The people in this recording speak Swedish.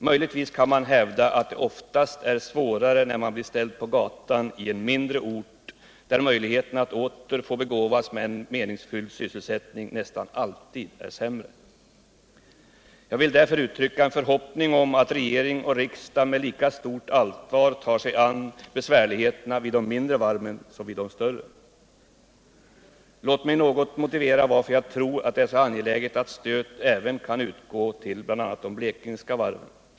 Möjligtvis kan man hävda att det oftast är svårare att bli ställd på gatan i en mindre ort, öjligheterna att åter begåvas med en meningsfull sysselsättning nästan alltid är sämre. Jag vill därför uttrycka en förhoppning om att regering och riksdag med lika stort allvar tar sig an besvärligheterna vid de mindre varven som vid de större. Låt mig något motivera varför jag tror det är så angeläget att stöd även kan utgå till bl.a. de blekingska varven.